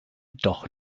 doch